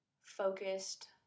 focused